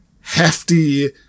hefty